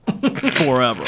forever